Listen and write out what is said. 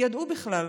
ידעו בכלל.